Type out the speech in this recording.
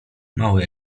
małe